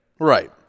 right